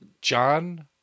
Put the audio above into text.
John